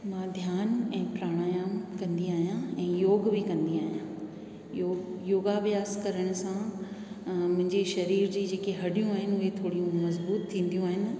मां ध्यानु ऐं प्रणायाम बि कंदी आहियां ऐं योग बि कंदी आहियां योग योगा अभ्यास करण सां मुंजे शरीर जी जेके हॾियूं आहिनि उहे थोरियूं मज़बूत थींदियूं आहिनि